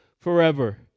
forever